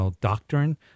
doctrine